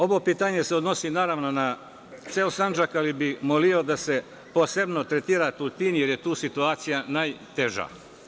Ovo pitanje se odnosi naravno na ceo Sandžak, ali bih molio da se posebno tretira Tutin, jer je tu situacija najteža.